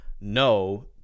no